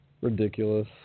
ridiculous